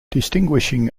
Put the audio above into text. distinguishing